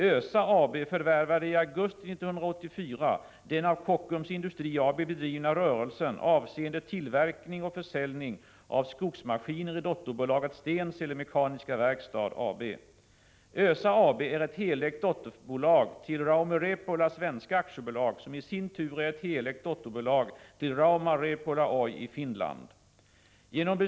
ÖSA AB förvärvade i augusti 1984 den av Kockums Industri AB bedrivna rörelsen avseende tillverkning och försäljning av skogsmaskiner i dotterbolaget Stensele Mekaniska Verkstad AB. ÖSA AB är ett helägt dotterbolag till Rauma Repola Svenska Aktiebolag, som i sin tur är ett helägt dotterbolag till Rauma Repola Oy i Finland.